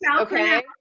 Okay